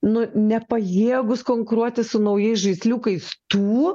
nu nepajėgūs konkuruoti su naujais žaisliukais tų